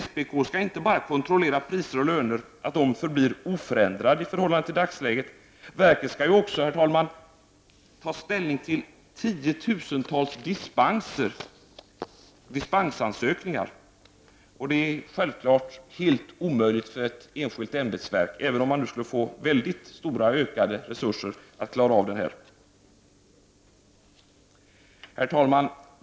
SPK skall inte bara kontrollera att löner och priser förblir oförändrade i förhållande till dagsläget, utan verket skall också ta ställning till tiotusentals dispensansökningar — och det är givetvis helt omöjligt för ett litet enskilt ämbetsverk, även om man nu skulle få väldigt kraftigt ökade resurser. Herr talman!